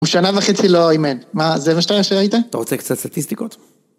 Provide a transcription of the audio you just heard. הוא שנה וחצי לא אימן, מה זה מה שראית? אתה רוצה קצת סטטיסטיקות?